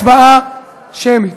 הצבעה שמית.